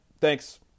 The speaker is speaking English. thanks